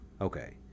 okay